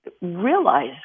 realize